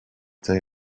they